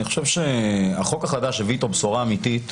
אני חושב שהחוק החדש הביא אתו בשורה אמיתית